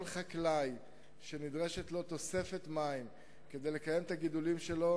כל חקלאי שנדרשת לו תוספת מים כדי לקיים את הגידולים שלו,